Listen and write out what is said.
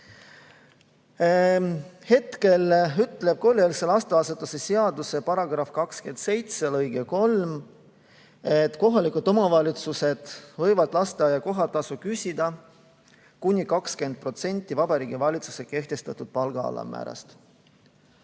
Hetkel ütleb koolieelse lasteasutuse seaduse § 27 lõige 3, et kohalikud omavalitsused võivad lasteaia kohatasuna küsida kuni 20% Vabariigi Valitsuse kehtestatud palga alammäärast.